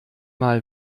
mal